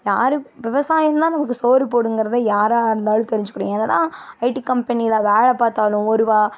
யாரும் விவசாயம் தான் நமக்கு சோறு போடுங்கிறதை யாராக இருந்தாலும் தெரிஞ்சுக்கணும் எதுனா ஐடி கம்பெனியில் வேலை பார்த்தாலும் ஒரு வாய்